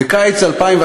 בקיץ 2011